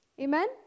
amen